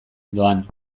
doan